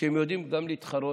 שהם יודעים גם להתחרות,